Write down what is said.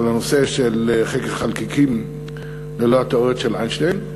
הנושא של חקר חלקיקים ללא התיאוריות של איינשטיין,